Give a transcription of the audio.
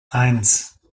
eins